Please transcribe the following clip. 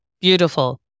Beautiful